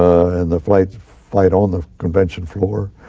and the fight fight on the convention floor,